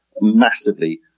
massively